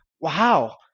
wow